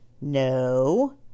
No